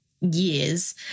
years